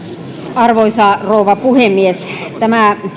arvoisa rouva puhemies tämä